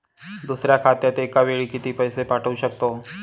दुसऱ्या खात्यात एका वेळी किती पैसे पाठवू शकतो?